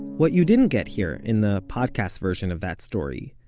what you didn't get here, in the podcast version of that story,